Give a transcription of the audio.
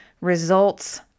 results